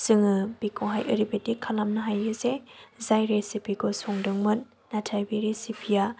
जोङो बेखौहाय ओरैबादि खालामनो हायो जे जाय रेसिपि खौ संदोंमोन नाथाय बे रेसिपि आ